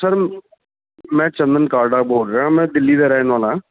sir ਮੈਂ ਚੰਦਨ ਕਾਡਾ ਬੋਲ ਰਿਹਾ ਮੈਂ ਦਿੱਲੀ ਦਾ ਰਹਿਣ ਵਾਲਾ